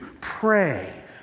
Pray